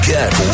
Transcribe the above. Get